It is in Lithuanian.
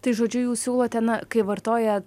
tai žodžiu jūs siūlote na kai vartoja